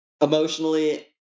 emotionally